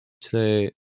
today